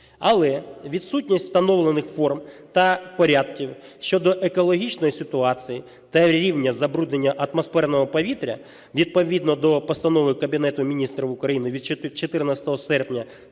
Але відсутність встановлених форм та порядків щодо екологічної ситуації та рівня забруднення атмосферного повітря відповідно до Постанови Кабінету Міністрів від 14 серпня